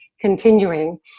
continuing